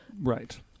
Right